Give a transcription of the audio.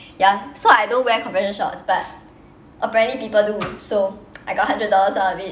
ya so I don't wear compression shorts but apparently people do so I got hundred dollars out of it